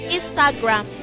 Instagram